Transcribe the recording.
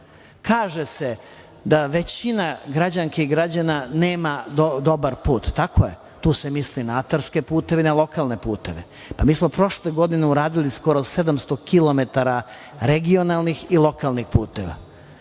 se, da većina građanki i građana nema dobar put. Tako je, tu se misli na atarske puteve i na lokalne puteve. Pa, mi smo prošle godine uradili skoro 700 kilometara regionalnih i lokalnih puteva.